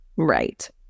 Right